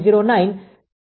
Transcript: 09 0